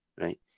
Right